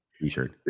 T-shirt